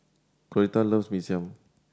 Coretta loves Mee Siam